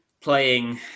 playing